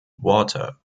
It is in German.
water